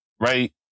Right